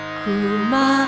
kuma